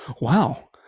Wow